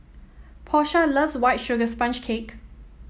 Porsha loves White Sugar Sponge Cake